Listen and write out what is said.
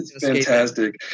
Fantastic